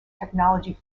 technology